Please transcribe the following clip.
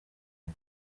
ngo